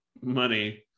money